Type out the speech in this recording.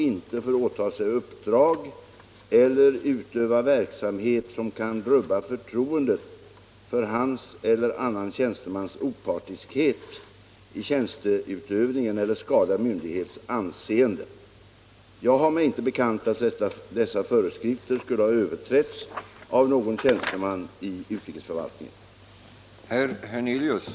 Med hänvisning härtill vill jag rikta följande fråga till herr finansministern: Vill finansministern genom ett uttalande eller på annat sätt medverka till att största möjliga generositet tillämpas i fråga om uppskov med inlämnande av självdeklaration?